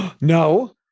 No